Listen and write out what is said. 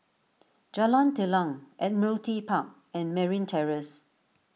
Jalan Telang Admiralty Park and Merryn Terrace